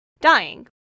dying